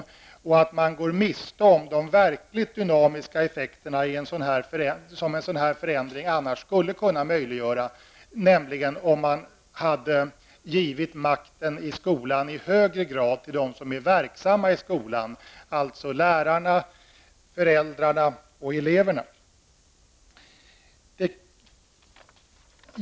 Därigenom kan man gå miste om de verkligt dynamiska effekterna som en sådan här förändring annars skulle kunna möjliggöra, nämligen om man i högre grad hade givit makten i skolan till dem som är verksamma i skolan -- lärare, elever och föräldrar.